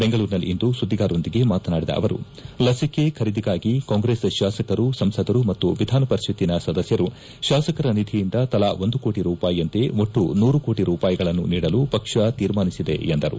ಬೆಂಗಳೂರಿನಲ್ಲಿಂದು ಸುದ್ದಿಗಾರರೊಂದಿಗೆ ಮಾತನಾಡಿದ ಅವರು ಲಸಿಕೆ ಖರೀದಿಗಾಗಿ ಕಾಂಗ್ರೆಸ್ ಶಾಸಕರು ಸಂಸದರು ಮತ್ತು ವಿಧಾನಪರಿಷತ್ತಿನ ಸದಸ್ಯರು ಶಾಸಕರ ನಿಧಿಯಿಂದ ತಲಾ ಒಂದು ಕೋಟಿ ರೂಪಾಯಿಯಂತೆ ಒಟ್ಟು ನೂರು ಕೋಟಿ ರೂಪಾಯಿಗಳನ್ನು ನೀಡಲು ಪಕ್ಷ ತೀರ್ಮಾನಿಸಿದೆ ಎಂದರು